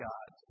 God